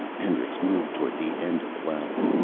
hendricks moved toward the end of the ladder.